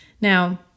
Now